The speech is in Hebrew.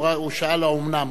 הוא שאל, האומנם?